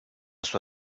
sua